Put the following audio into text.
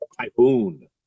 Typhoon